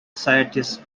scientist